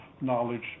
knowledge